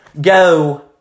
go